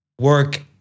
work